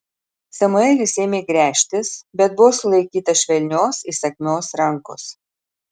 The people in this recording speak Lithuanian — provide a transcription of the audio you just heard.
samuelis ėmė gręžtis bet buvo sulaikytas švelnios įsakmios rankos